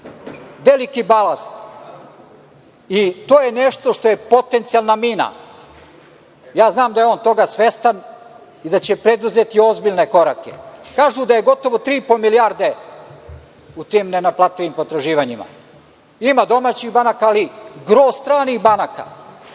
veliki balast i to je nešto što je potencijalna mina. Ja znam da je on toga svestan i da će preduzeti ozbiljne korake. Kažu da je gotovo 3,5 milijardi u tim nenaplativim potraživanjima. Ima domaćih banaka, ali i gro stranih banaka.